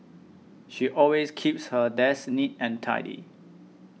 she always keeps her desk neat and tidy